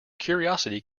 curiosity